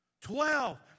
Twelve